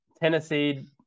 Tennessee